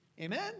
Amen